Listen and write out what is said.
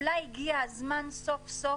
אולי הגיע הזמן סוף-סוף